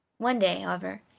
one day, however,